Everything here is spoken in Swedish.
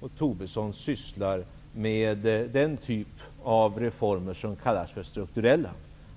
Och Tobisson sysslar med den typ av reformer som kallas för strukturella,